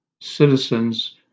citizens